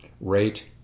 rate